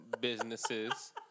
businesses